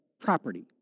property